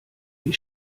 wie